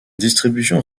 distribution